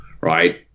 right